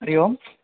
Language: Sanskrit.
हरिः ओं